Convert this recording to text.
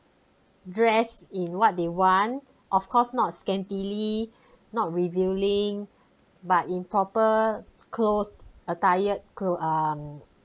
dressed in what they want of course not scantily not revealing but in proper clothes attired clothes um